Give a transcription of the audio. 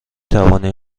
توانی